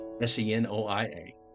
S-E-N-O-I-A